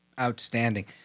Outstanding